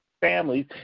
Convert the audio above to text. families